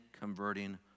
converting